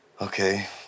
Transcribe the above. Okay